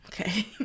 Okay